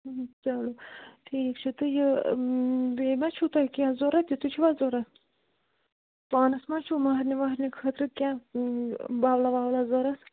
چلو ٹھیٖک چھُ تہٕ یہِ بیٚیہِ ما چھُو تۄہہِ کیٚنہہ ضُۄرَتھ یُتھٕے چھُوا ضوٚرَتھ پانَس ما چھُو ماہٕرِنہِ واہٕرِنہِ خٲطرٕ کیٚنہہ باولہٕ وولہٕ ضوٚرَتھ